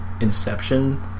Inception